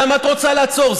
למה את רוצה לעצור?